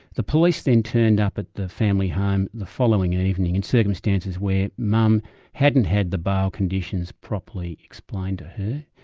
the police then turned up at the family home the following and evening in circumstances where mum hadn't had the bail conditions properly explained to her.